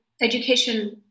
education